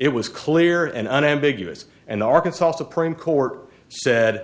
it was clear and unambiguous and the arkansas supreme court said